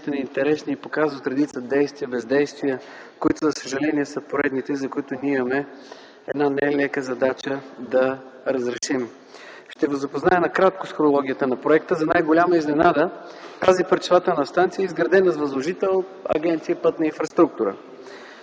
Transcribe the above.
и показват редица действия или бездействия, които за съжаление са поредните, за които ние имаме нелеката задача да разрешим. Ще Ви запозная накратко с хронологията на проекта. За най-голяма изненада тази пречиствателна станция е изградена с възложител Агенция „Пътна инфраструктура”